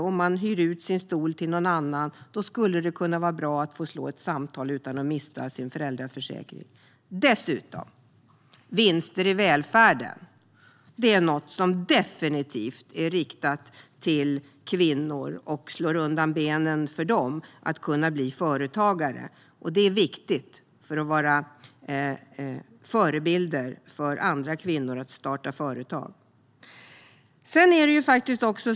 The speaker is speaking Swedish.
Om man hyr ut sin stol till någon annan skulle det kunna vara bra att få slå ett samtal utan att mista sin föräldraförsäkring. Dessutom: Det här med vinster i välfärden är något som definitivt är riktat mot kvinnor och slår undan benen för dem när det gäller att kunna bli företagare. Det är viktigt, för det handlar om att kunna vara förebilder för andra kvinnor när det gäller att starta företag.